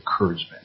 encouragement